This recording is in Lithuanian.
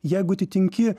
jeigu atitinki